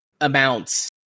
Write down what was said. amounts